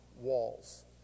walls